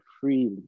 freely